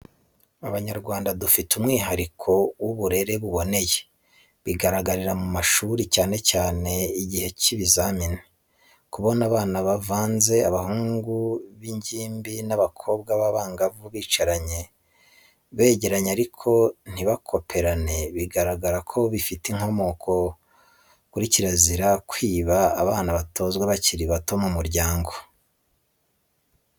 Abanyarwanda dufite umwihariko w'uburere buboneye, bigaragarira mu mashuri cyane igihe cy'ibizamini, kubona abana bavanze abahungu b'ingimbi n'abakobwa b'abangavu bicaranye, begeranye ariko ntibakoperane, bigaragara ko bifite inkomoko kuri kirazira kwiba abana batozwa bakiri bato mu muryango, ibyo bikorwa nimugoroba bose bakitse imirimo.